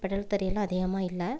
pedal தறியெல்லாம் அதிகமாக இல்லை